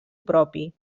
propi